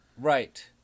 Right